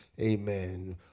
amen